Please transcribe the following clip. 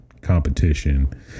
competition